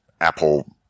Apple